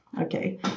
Okay